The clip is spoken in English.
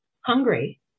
hungry